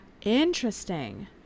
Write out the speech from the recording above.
Interesting